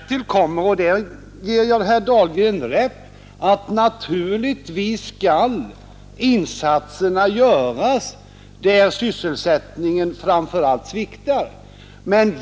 Därtill kommer — och där ger jag herr Dahlgren rätt — att insatserna naturligtvis framför allt skall sättas in där sysselsättningen sviktar.